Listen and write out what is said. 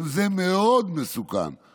גם זה מסוכן מאוד.